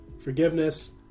forgiveness